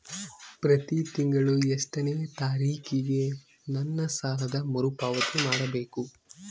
ಪ್ರತಿ ತಿಂಗಳು ಎಷ್ಟನೇ ತಾರೇಕಿಗೆ ನನ್ನ ಸಾಲದ ಮರುಪಾವತಿ ಮಾಡಬೇಕು?